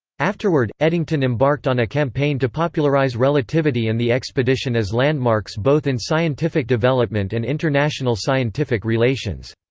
afterward, eddington embarked on a campaign to popularize relativity and the expedition as landmarks both in scientific development and international scientific relations.